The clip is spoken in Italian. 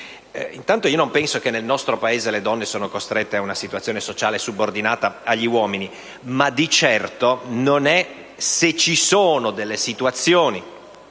uomini». Non penso che nel nostro Paese le donne siano costrette a una situazione sociale subordinata agli uomini, ma di certo, se ci sono delle situazioni